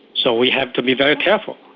so we have to be very careful.